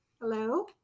hello